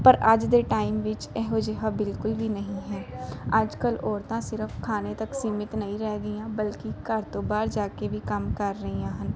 ਪਰ ਅੱਜ ਦੇ ਟਾਈਮ ਵਿੱਚ ਇਹੋ ਜਿਹਾ ਬਿਲਕੁਲ ਵੀ ਨਹੀਂ ਹੈ ਅੱਜ ਕੱਲ੍ਹ ਔਰਤਾਂ ਸਿਰਫ ਖਾਣੇ ਤੱਕ ਸੀਮਿਤ ਨਹੀਂ ਰਹਿ ਗਈਆਂ ਬਲਕਿ ਘਰ ਤੋਂ ਬਾਹਰ ਜਾ ਕੇ ਵੀ ਕੰਮ ਕਰ ਰਹੀਆ ਹਨ